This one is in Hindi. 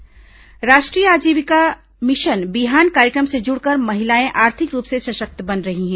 बिहान जांजगीर राष्ट्रीय ग्रामीण आजीविका मिशन बिहान कार्यक्रम से जुड़कर महिलाएं आर्थिक रूप से सशक्त बन रही हैं